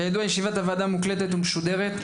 כידוע, ישיבת הוועדה מוקלטת ומשודרת.